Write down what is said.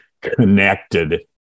connected